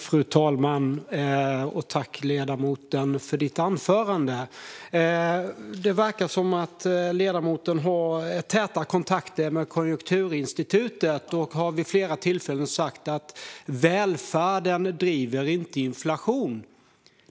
Fru talman! Tack, ledamoten, för anförandet! Det verkar som att ledamoten har täta kontakter med Konjunkturinstitutet. Hon har vid flera tillfällen sagt att välfärden inte driver inflation.